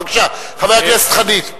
בבקשה, חבר הכנסת חנין.